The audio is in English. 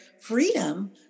freedom